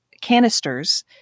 canisters